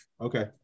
Okay